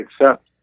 accept